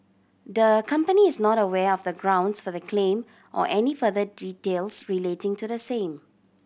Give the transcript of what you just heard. the company is not aware of the grounds for the claim or any further details relating to the same